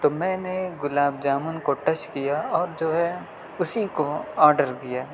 تو میں نے گلاب جامن کو ٹچ کیا اور جو ہے اسی کو آڈر دیا